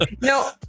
no